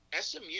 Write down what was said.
SMU